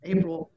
April